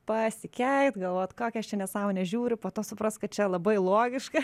pasikeikt galvot kokią aš čia nesąmonę žiūriu po to suprast kad čia labai logiška